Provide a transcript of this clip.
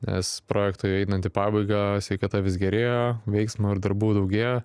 nes projektui einant į pabaigą sveikata vis gerėjo veiksmo ir darbų daugėjo